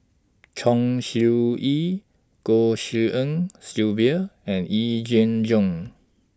Chong Siew Ying Goh Tshin En Sylvia and Yee Jenn Jong